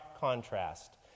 contrast